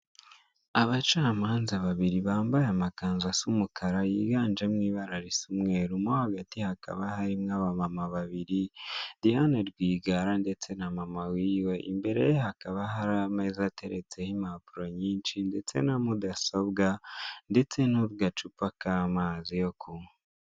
Abacamanza babiri bambaye amakanzu asa umukara yiganjemo ibara risa umweru, mo hagati hakaba harimo abamama babiri Diane Rwigara, ndetse na mama wiwe imbere hakaba hari ameza ateretseho impapuro nyinshi, ndetse na mudasobwa ndetse n'agacupa kamanzi yo kunywa.